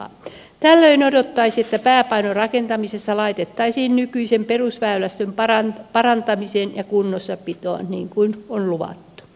tällöin odottaisi että pääpaino rakentamisessa laitettaisiin nykyisen perusväylästön parantamiseen ja kunnossapitoon niin kuin on luvattu